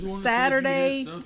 Saturday